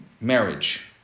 marriage